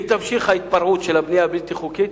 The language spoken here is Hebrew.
אם תימשך ההתפרעות של הבנייה הבלתי-חוקית,